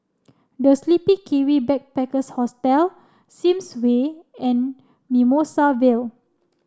The Sleepy Kiwi Backpackers Hostel Sims Way and Mimosa Vale